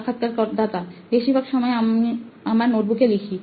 সাক্ষাৎকারদাতা বেশিরভাগ আমার নোটবুকে লিখি